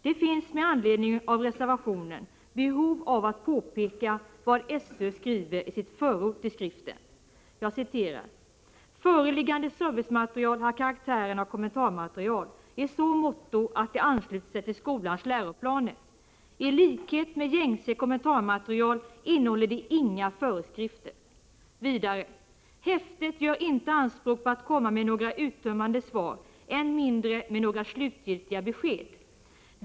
Det finns med anledning av reservationen behov av att påpeka vad SÖ skriver i sitt förord till skriften: ”Föreliggande servicematerial har karaktären av kommentarmaterial i så måtto att det ansluter sig till skolans läroplaner. I likhet med gängse kommentarmaterial innehåller det inga föreskrifter. ——— Häftet gör inte anspråk på att komma med några uttömmande svar än mindre med några slutgiltiga besked.